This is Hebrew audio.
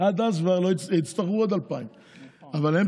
ועד אז יצטרכו עוד 2,000. אבל קודם כול